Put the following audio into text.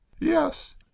Yes